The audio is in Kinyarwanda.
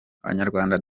abanyarwanda